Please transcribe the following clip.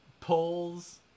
polls